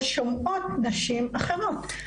או שומעות נשים אחרות.